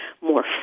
more